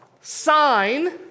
sign